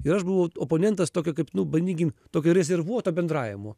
ir aš buvau oponentas tokio kaip nu pavadinkim tokio rezervuoto bendravimo